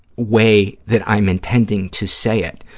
way that i'm intending to say it,